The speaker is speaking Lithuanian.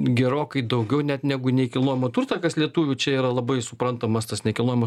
gerokai daugiau net negu ne į kilnojamą turtą kas lietuvių čia yra labai suprantamas tas nekilnojamas